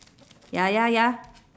ya ya ya